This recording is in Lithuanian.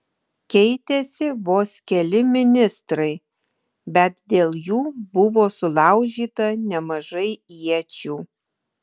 keitėsi vos keli ministrai bet dėl jų buvo sulaužyta nemažai iečių